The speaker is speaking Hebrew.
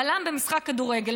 בלם במשחק כדורגל.